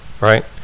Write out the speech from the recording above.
right